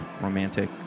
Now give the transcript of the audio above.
Romantic